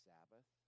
Sabbath